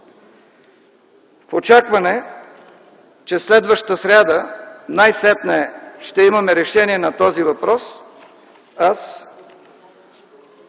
В очакване, че следващата сряда най-сетне ще имаме решение на този въпрос, аз